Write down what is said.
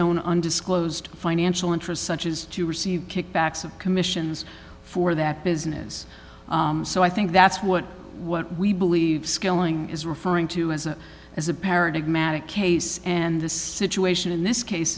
own undisclosed financial interest such as to receive kickbacks of commissions for that business so i think that's what what we believe skilling is referring to as a as a parent matic case and the situation in this case